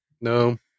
No